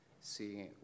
See